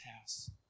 house